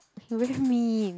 you really mean